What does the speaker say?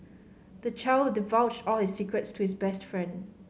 the child divulged all his secrets to his best friend